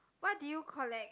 what did you collect